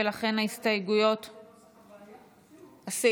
ולכן הסתייגויות מס'